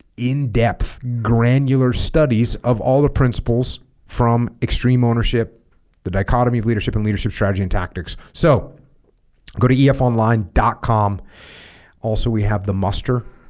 in-depth granular studies of all the principles from extreme the dichotomy of leadership and leadership strategy and tactics so go to efonline dot com also we have the muster